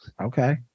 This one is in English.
Okay